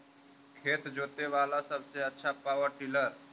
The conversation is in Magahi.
खेत जोते बाला सबसे आछा पॉवर टिलर?